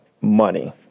money